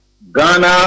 Ghana